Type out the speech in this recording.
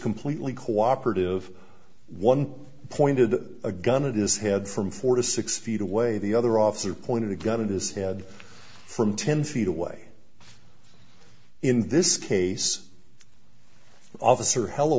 completely cooperative one pointed a gun it is head from four to six feet away the other officer pointed a gun in his head from ten feet away in this case officer hell